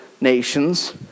nations